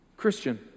Christian